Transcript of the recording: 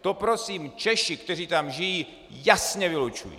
To prosím Češi, kteří tam žijí, jasně vylučují!